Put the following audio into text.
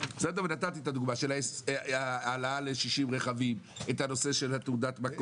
והצגתי את הדוגמה: העלאה ל-60 רכבים, תעודת המקור.